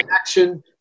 action